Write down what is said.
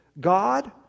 God